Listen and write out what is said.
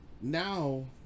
Now